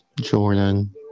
Jordan